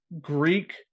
Greek